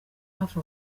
hafi